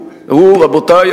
רבותי,